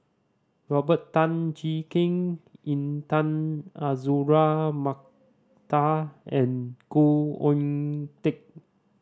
Robert Tan Jee Keng Intan Azura Mokhtar and Khoo Oon Teik